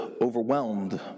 overwhelmed